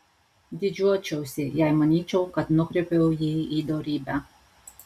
didžiuočiausi jei manyčiau kad nukreipiau jį į dorybę